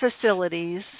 facilities